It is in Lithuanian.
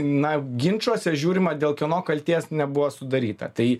na ginčuose žiūrima dėl kieno kaltės nebuvo sudaryta tai